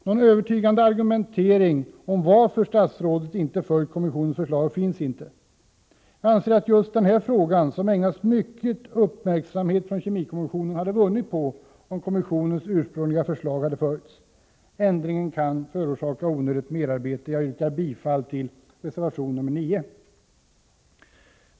Någon övertygande argumentering om varför statsrådet inte följt kommissionens förslag finns inte. Jag anser att just denna fråga, som ägnats mycket uppmärksamhet från kemikommissionen, hade vunnit på om kommissionens ursprungliga förslag hade följts. Ändringen kan förorsaka onödigt merarbete. Jag yrkar bifall till reservation 9.